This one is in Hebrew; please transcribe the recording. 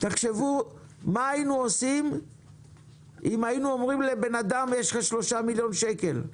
תחשבו מה היינו עושים אם היינו אומרים לבן אדם יש לך 3 מיליון שקל.